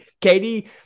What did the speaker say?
katie